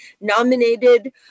nominated